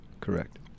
Correct